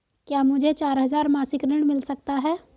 क्या मुझे चार हजार मासिक ऋण मिल सकता है?